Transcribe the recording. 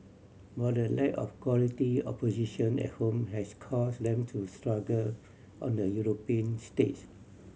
but the lack of quality opposition at home has cause them to struggle on the European stage